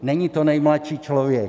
Není to nejmladší člověk.